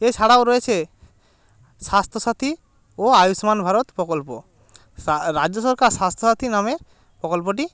এছাড়াও রয়েছে স্বাস্থ্যসাথী ও আয়ুষ্মান ভারত প্রকল্প সা রাজ্য সরকার স্বাস্থ্যসাথী নামে প্রকল্পটি